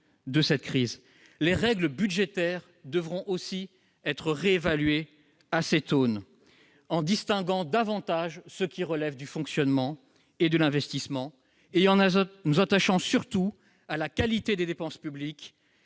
de cette crise : les règles budgétaires devront aussi être réévaluées à cette aune, en distinguant davantage ce qui relève du fonctionnement et de l'investissement et en nous attachant, surtout, à la qualité des dépenses publiques